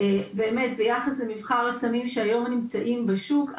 באמת ביחס למבחר הסמים שהיום נמצאים בשוק,